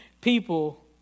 people